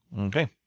Okay